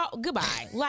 goodbye